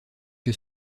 que